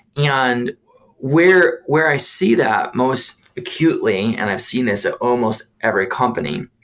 yeah and where where i see that most acutely, and i've seen this at almost every company,